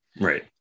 Right